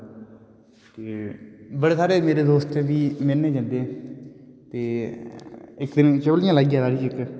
ते बडे़ सारे मेरे कन्नै बी दौड़न जंदे ते इक दिन चपलियां लाइयै